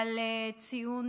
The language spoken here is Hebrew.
על ציון